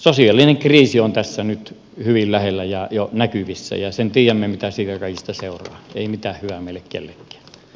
sosiaalinen kriisi on tässä nyt hyvin lähellä ja jo näkyvissä ja sen tiedämme mitä siitä kaikesta seuraa